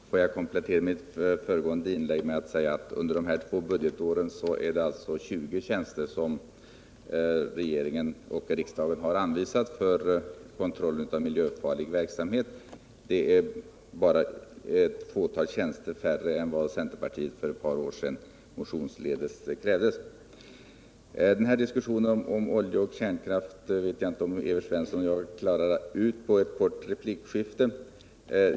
Herr talman! Får jag komplettera mitt föregående inlägg med att säga att under de här två budgetåren har regeringen och riksdagen anvisat 20 tjänster för kontroll av miljöfarlig verksamhet. Det är bara ett fåtal färre tjänster än centerpartiet för ett par år sedan motionsledes krävde. Diskussionen om olja och kärnkraft vet jag inte om Evert Svensson och jag klarar ut under ett kort replikskifte.